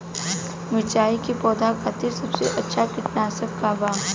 मिरचाई के पौधा खातिर सबसे अच्छा कीटनाशक का बा?